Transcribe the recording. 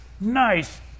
nice